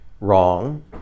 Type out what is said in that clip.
wrong